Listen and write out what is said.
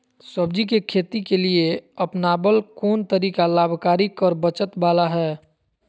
सब्जी के खेती के लिए अपनाबल कोन तरीका लाभकारी कर बचत बाला है?